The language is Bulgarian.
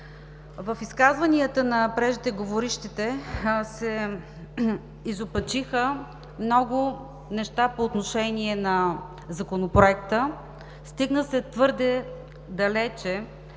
В изказванията на преждеговорившите се изопачиха много неща по отношение на Законопроекта. Стигна се твърде далече